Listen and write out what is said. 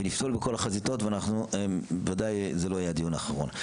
ונפעל בכל החזיתות וודאי זה לא יהיה הדיון האחרון.